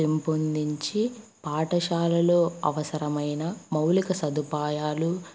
పెంపొందించి పాఠశాలలో అవసరమైన మౌలిక సదుపాయాలు